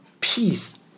peace